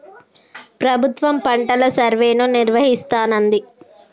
ప్రభుత్వం పంటల సర్వేను నిర్వహిస్తానంది